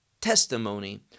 testimony